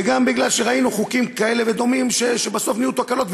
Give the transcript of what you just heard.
וגם כי ראינו חוקים כאלה ודומים שבסוף נהיו תקלות,